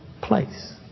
place